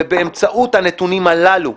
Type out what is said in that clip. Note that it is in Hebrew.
ובאמצעות הנתונים הללו,